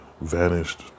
vanished